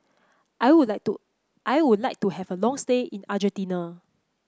I would like to I would like to have a long stay in Argentina